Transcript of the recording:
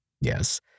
Yes